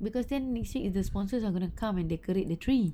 because then next week the sponsors are gonna come and decorate the tree